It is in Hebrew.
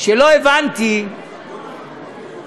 לא הבנתי למה